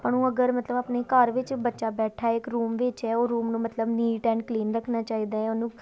ਆਪਾਂ ਨੂੰ ਅਗਰ ਮਤਲਬ ਆਪਣੇ ਘਰ ਵਿੱਚ ਬੱਚਾ ਬੈਠਾ ਹੈ ਇੱਕ ਰੂਮ ਵਿੱਚ ਹੈ ਉਹ ਰੂਮ ਨੂੰ ਮਤਲਬ ਨੀਟ ਐਂਡ ਕਲੀਨ ਰੱਖਣਾ ਚਾਹੀਦਾ ਹੈ ਉਹਨੂੰ